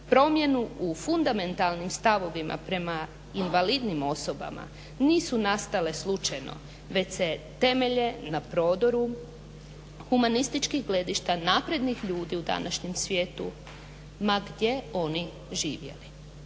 Promjenu u fundamentalnim stavovima prema invalidnim osobama nisu nastale slučajno već se temelje na prodoru humanističkih gledišta naprednih ljudi u današnjem svijetu ma gdje oni živjeli.